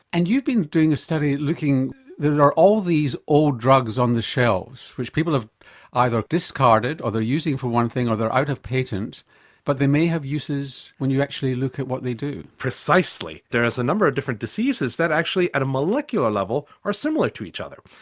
and you've been doing a study looking there are all these old drugs on the shelves which people have either discarded or they're using for one thing or they're out of patent but they may have uses when you actually look at what they do. precisely, there is a number of different diseases that actually at a molecular level are similar to each other.